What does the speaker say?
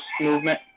movement